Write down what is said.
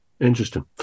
Interesting